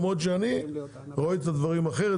למרות שאני רואה את הדברים אחרת,